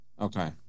Okay